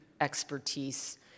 expertise